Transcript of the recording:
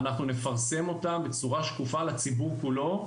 אנחנו נפרסם אותם בצורה שקופה לציבור כולו,